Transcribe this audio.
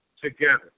together